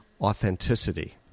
authenticity